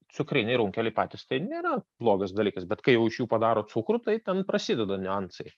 cukriniai runkeliai patys tai nėra blogas dalykas bet kai jau iš jų padaro cukrų tai ten prasideda niuansai